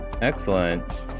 Excellent